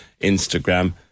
Instagram